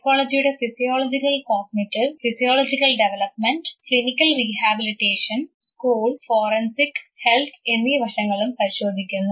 സൈക്കോളജിയുടെ physiological cognitive physiological development clinical rehabilitation school forensic health എന്നീ വശങ്ങളും പരിശോധിക്കുന്നു